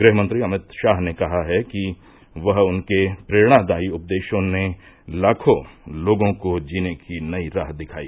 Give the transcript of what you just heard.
गृह मंत्री अमित शाह ने कहा कि वह उनके प्रेरणादायी उपदेशों ने लाखों लोगों को जीने की नई राह दिखाई